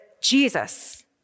Jesus